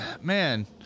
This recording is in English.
man